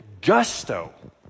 gusto